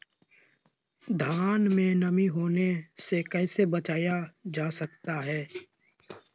धान में नमी होने से कैसे बचाया जा सकता है?